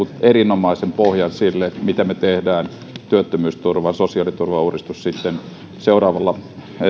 erinomaisen pohjan sille miten me teemme työttömyysturva ja sosiaaliturvauudistuksen sitten seuraavalla